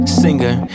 singer